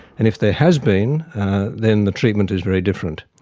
and if there has been then the treatment is very different.